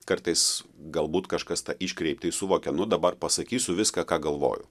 kartais galbūt kažkas tą iškreiptai suvokia nu dabar pasakysiu viską ką galvoju